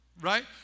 Right